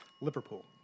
Liverpool